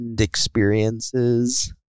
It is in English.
experiences